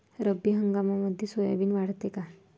रब्बी हंगामामंदी सोयाबीन वाढते काय?